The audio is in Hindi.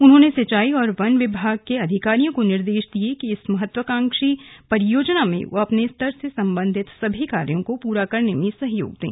उन्होंने सिंचाई और वन विभाग के अधिकारियो को निर्देश दिये कि इस महत्वाकांक्षी परियोजना में वे अपने स्तर से संबंधित सभी कार्यो को पूरा करने में सहयोग दें